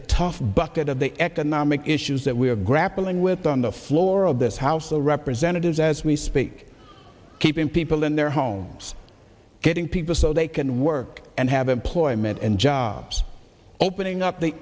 the tough bucket of the economic issues that we are grappling with on the floor of this house of representatives as we speak keeping people in their homes getting people so they can work and have employment and jobs opening up the